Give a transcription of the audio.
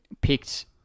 picked